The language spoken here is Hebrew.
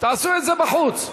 תעשו את זה בחוץ.